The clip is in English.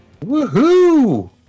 Woohoo